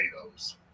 potatoes